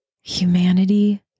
Humanity